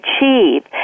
achieve